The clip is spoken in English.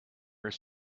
are